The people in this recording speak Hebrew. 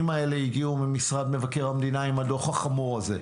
האלה הגיעו ממשרד מבקר המדינה עם הדוח החמור הזה.